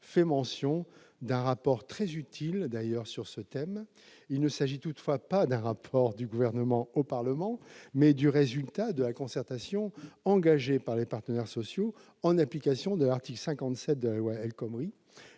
fait mention d'un rapport, très utile d'ailleurs, sur ce thème. Il s'agit toutefois non d'un rapport du Gouvernement au Parlement, mais du résultat de la concertation engagée par les partenaires sociaux en application de l'article 57 de la loi El Khomri.